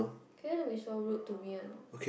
can you don't be so rude to me a not